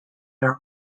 are